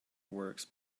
works